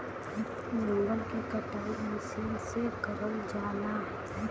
जंगल के कटाई मसीन से करल जाला